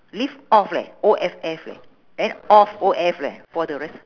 live off leh O F F leh eh of O F leh for the rest